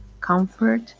comfort